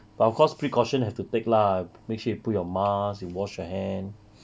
but of course precaution have to take lah make sure you put your mask you wash your hand